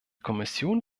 kommission